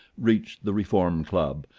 reached the reform club,